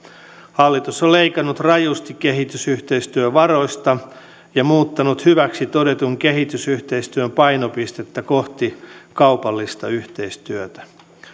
hallitus on leikannut rajusti kehitysyhteistyövaroista ja muuttanut hyväksi todetun kehitysyhteistyön painopistettä kohti kaupallista yhteistyötä